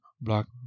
block